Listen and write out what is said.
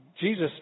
Jesus